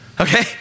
Okay